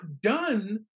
done